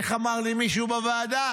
איך אמר לי מישהו בוועדה?